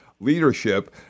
leadership